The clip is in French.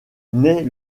naît